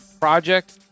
project